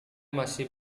masih